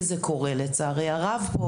וזה קורה לצערי הרב,